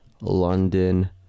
London